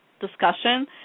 discussion